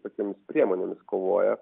tokiomis priemonėmis kovoja